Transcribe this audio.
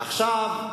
עכשיו,